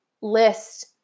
list